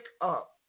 up